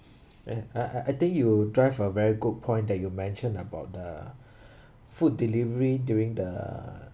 and I I I think you drive a very good point that you mention about the food delivery during the